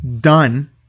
done